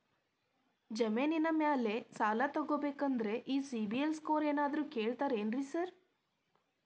ಜಮೇನಿನ ಮ್ಯಾಲೆ ಸಾಲ ತಗಬೇಕಂದ್ರೆ ಈ ಸಿಬಿಲ್ ಸ್ಕೋರ್ ಏನಾದ್ರ ಕೇಳ್ತಾರ್ ಏನ್ರಿ ಸಾರ್?